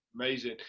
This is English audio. Amazing